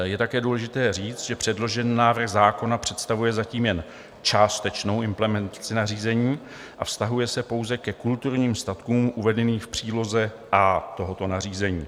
Je také důležité říct, že předložený návrh zákona představuje zatím jen částečnou implementaci nařízení a vztahuje se pouze ke kulturním statkům uvedeným v příloze A tohoto nařízení.